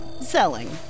Selling